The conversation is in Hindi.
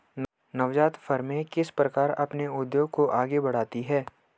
नवजात फ़र्में किस प्रकार अपने उद्योग को आगे बढ़ाती हैं?